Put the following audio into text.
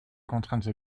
contraintes